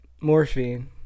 Morphine